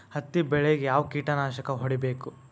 ಹತ್ತಿ ಬೆಳೇಗ್ ಯಾವ್ ಕೇಟನಾಶಕ ಹೋಡಿಬೇಕು?